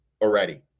already